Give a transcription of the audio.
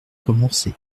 commencer